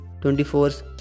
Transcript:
24